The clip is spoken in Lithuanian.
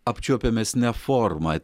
apčiuopiamesne forma